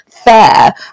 fair